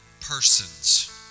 Persons